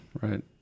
Right